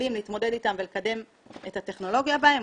יכולים להתמודד איתן ולקדם את הטכנולוגיה בהן,